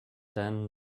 then